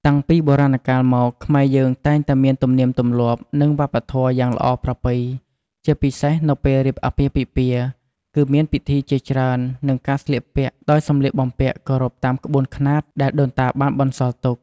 តាំងពីបុរាណកាលមកខ្មែរយើងតែងតែមានទំនៀមទម្លាប់និងវប្បធម៏យ៉ាងល្អប្រពៃជាពិសេស នៅពេលរៀបអាពាពិពាណ៍គឺមានពិធីជាច្រើន និងការស្លៀកពាក់ដោយសំលៀកបំពាក់គោរពតាមក្បួនខ្នាតដែលដូនតាបានបន្សល់ទុក។